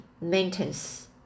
maintenance